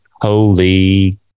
holy